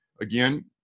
Again